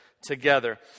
together